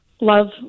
love